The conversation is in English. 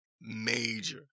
major